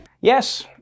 Yes